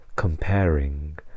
comparing